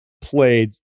played